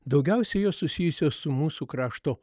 daugiausia jos susijusios su mūsų krašto